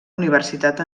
universitat